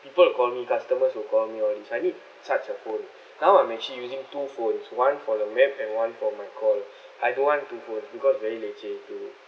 people will call me customers will call me all this I need such a phone now I'm actually using two phones one for the map and one for my call I don't want two phones because very leceh to